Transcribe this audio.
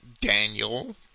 Daniel